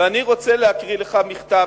ואני רוצה להקריא לך מכתב,